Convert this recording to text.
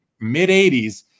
mid-80s